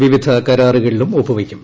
വിവിധ കരാറുകളിലും ഒപ്പുവയ്ക്കും